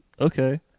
Okay